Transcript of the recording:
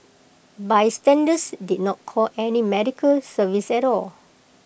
bystanders did not call any medical service at all